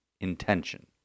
intention